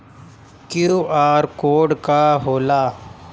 QR code का होला?